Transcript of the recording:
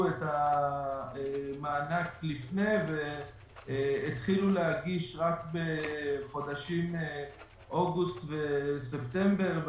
את המענק לפני והתחילו להגיש רק בחודשים אוגוסט וספטמבר.